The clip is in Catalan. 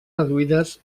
reduïdes